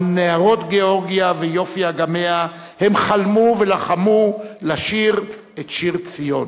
על נהרות גאורגיה ויפי אגמיה הם חלמו ולחמו לשיר את שיר ציון.